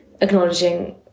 acknowledging